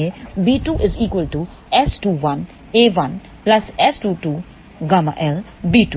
इसलिए b2S21a1S22ƬLb2